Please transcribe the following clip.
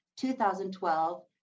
2012